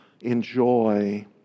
enjoy